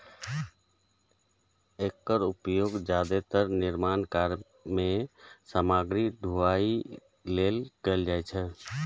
एकर उपयोग जादेतर निर्माण कार्य मे सामग्रीक ढुलाइ लेल कैल जाइ छै